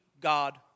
God